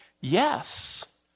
yes